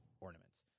ornaments